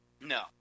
No